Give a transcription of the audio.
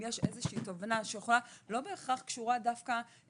גם אם יש תובנה שלא בהכרח קשורה דווקא